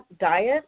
diet